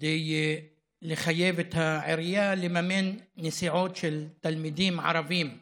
כדי לחייב את העירייה לממן נסיעות של תלמידים ערבים שמתגוררים,